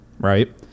right